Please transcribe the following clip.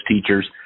teachers